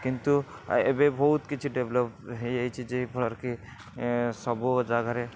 କିନ୍ତୁ ଏବେ ବହୁତ କିଛି ଡେଭଲପ୍ ହେଇଯାଇଛି ଯେ ଫଳରେ କି ସବୁ ଜାଗାରେ